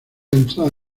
entrada